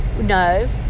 No